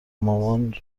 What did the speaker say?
مامان